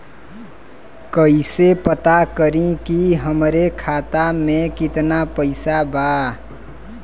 कइसे पता करि कि हमरे खाता मे कितना पैसा बा?